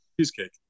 cheesecake